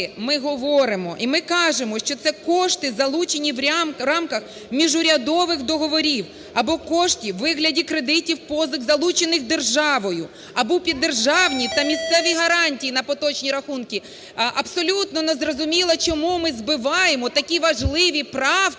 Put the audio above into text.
ми говоримо. І ми кажемо, що це кошти залучені в рамках міжурядових договорів або кошти у вигляді кредитів, позик, залучених державою, або під державні та місцеві гарантії, на поточні рахунки. Абсолютно незрозуміло, чому ми збиваємо такі важливі правки